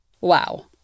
Wow